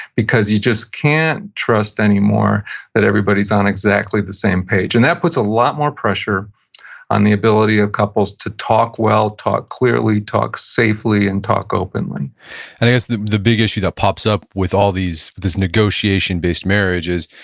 because you just can't trust anymore that everybody's on exactly the same page. and that puts a lot more pressure on the ability of couples to talk well, talk clearly, talk safely, and talk openly i guess the the big issue that pops up with all these, this negotiation based marriages,